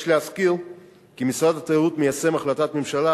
יש להזכיר כי משרד התיירות מיישם את החלטת ממשלה